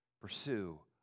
Pursue